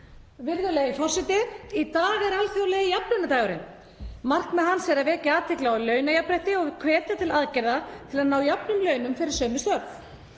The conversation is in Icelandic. Virðulegur forseti. Í dag er alþjóðlegi jafnlaunadagurinn. Markmið hans er að vekja athygli á launajafnrétti og hvetja til aðgerða til að ná jöfnum launum fyrir sömu störf.